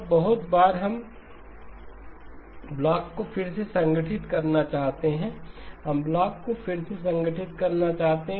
अब बहुत बार हम ब्लॉक को फिर से संगठित करना चाहते हैं हम ब्लॉक को फिर से संगठित करना चाहते हैं